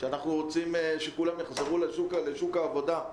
שאנחנו רוצים שכולם יחזרו לשוק העבודה,